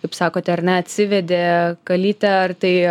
kaip sakot ar ne atsivedė kalytė ar tai